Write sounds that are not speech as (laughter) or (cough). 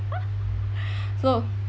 (laughs) so